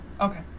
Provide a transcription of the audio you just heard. Okay